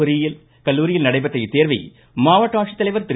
பொறியியல் கல்லூரியில் நடைபெற்ற இத்தோ்வை மாவட்ட ஆட்சித்தலைவர் திரு